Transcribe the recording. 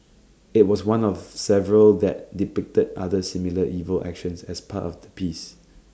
IT was one of several that depicted other similarly evil actions as part of the piece